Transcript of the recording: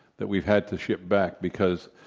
that we've had to ship back because,